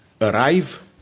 arrive